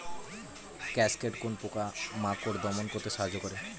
Cascade কোন পোকা মাকড় দমন করতে সাহায্য করে?